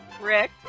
Rick